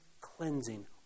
cleansing